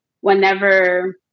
whenever